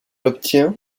obtient